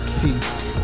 Peace